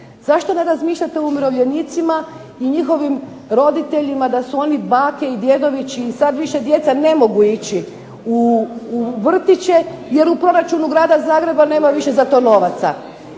zašto ne razmišljate o umirovljenicima i njihovim roditeljima da su oni bake i djedovi čiji sad više djeca ne mogu ići u vrtiće, jer u proračunu grada Zagreba nemaju više za to novaca.